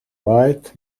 white